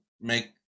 make